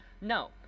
No